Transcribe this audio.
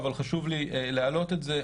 אבל חשוב לי להעלות את זה,